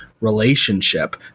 relationship